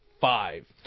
five